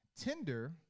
Tinder